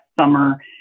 summer